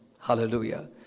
Hallelujah